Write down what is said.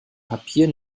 papier